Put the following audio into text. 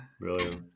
brilliant